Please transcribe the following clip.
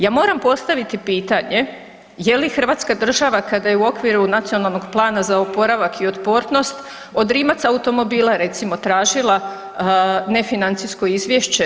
Ja moram postaviti pitanje, je li Hrvatska država kada je u okviru Nacionalnog plana za oporavak i otpornost od Rimac automobila recimo tražila ne financijsko izvješće?